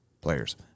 players